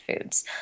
foods